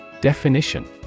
Definition